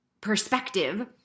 perspective